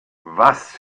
was